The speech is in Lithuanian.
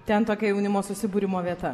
ten tokia jaunimo susibūrimo vieta